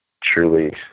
truly